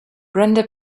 brenda